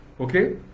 Okay